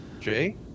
Jay